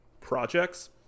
projects